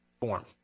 form